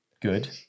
Good